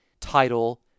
title